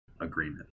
agreement